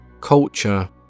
culture